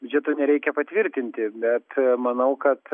biudžeto nereikia patvirtinti bet manau kad